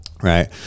Right